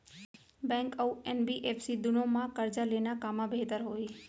Bank अऊ NBFC दूनो मा करजा लेना कामा बेहतर होही?